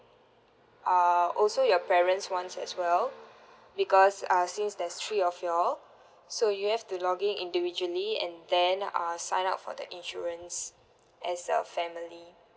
uh also your parents ones as well because uh since there's three of you all so you have to log in individually and then uh sign up for the insurance as a family